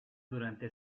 durante